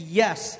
yes